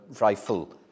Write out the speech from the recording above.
rifle